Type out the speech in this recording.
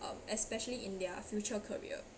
uh especially in their future career